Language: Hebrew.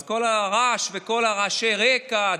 אז כל הרעש וכל רעשי הרקע,